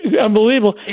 Unbelievable